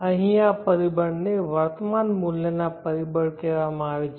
અહીં આ પરિબળને વર્તમાન મૂલ્યના પરિબળ કહેવામાં આવે છે